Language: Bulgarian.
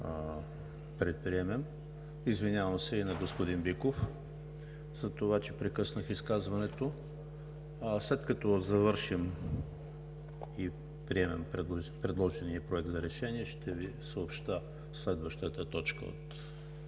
предприемем. Извинявам се и на господин Биков за това, че прекъснах изказването. След като завършим и приемем предложения проект за решение, ще Ви съобщя следващата точка от